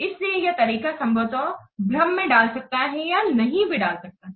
इसलिए यह तरीका संभवतः भ्रम में डाल सकता है या नहीं भी डाल सकता है